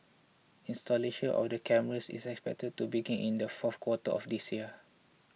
installation of the cameras is expected to begin in the fourth quarter of this year